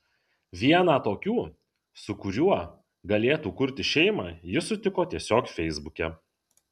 vieną tokių su kuriuo galėtų kurti šeimą ji sutiko tiesiog feisbuke